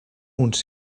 uns